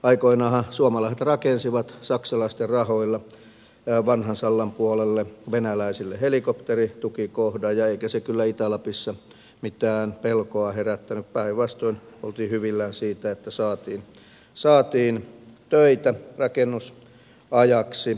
aikoinaanhan suomalaiset rakensivat saksalaisten rahoilla vanhan sallan puolelle venäläisille helikopteritukikohdan eikä se kyllä itä lapissa mitään pelkoa herättänyt päinvastoin oltiin hyvillään siitä että saatiin töitä rakennusajaksi